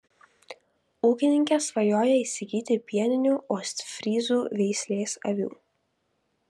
ūkininkė svajoja įsigyti pieninių ostfryzų veislės avių